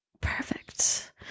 Perfect